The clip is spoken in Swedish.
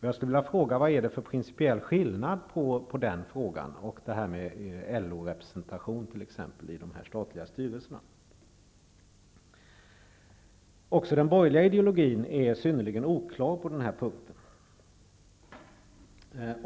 Jag skulle vilja fråga vilken principiell skillnad det är på den frågan och frågan om t.ex. LO-representation i de statliga styrelserna. Även den borgerliga ideologin är synnerligen oklar på denna punkt.